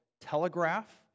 telegraph